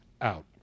out